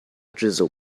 drizzle